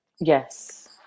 Yes